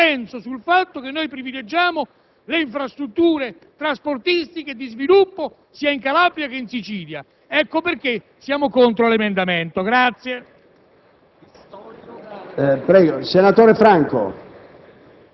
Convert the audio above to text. su questo punto c'è un dissenso strategico, il dissenso sul fatto che privilegiamo le infrastrutture trasportistiche di sviluppo, sia in Calabria che in Sicilia. Ecco perché siamo contrari all'emendamento in